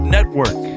Network